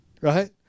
Right